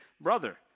brother